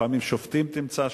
לפעמים שופטים תמצא שם,